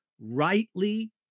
rightly